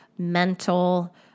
mental